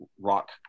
rock